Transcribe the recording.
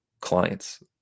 clients